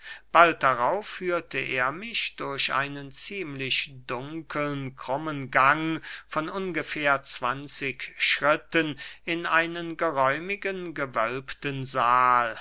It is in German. bald darauf führte er mich durch einen ziemlich dunkeln krummen gang von ungefähr zwanzig schritten in einen geräumigen gewölbten sahl